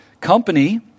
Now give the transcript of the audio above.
Company